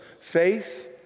faith